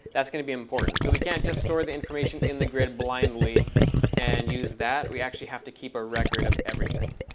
that's going to be important. so we can't just store the information in the grid blindly and use that. we actually have to keep a record of everything.